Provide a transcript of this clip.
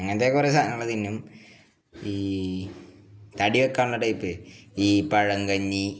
അങ്ങനത്തെ കുറേ സാധനങ്ങൾ തിന്നും ഈ തടി വെക്കാനുള്ള ടൈപ്പ് ഈ പഴങ്കഞ്ഞി